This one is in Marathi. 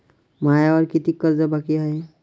मायावर कितीक कर्ज बाकी हाय?